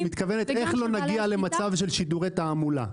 -- את מתכוונת: איך לא נגיע למצב של שידורי תעמולה?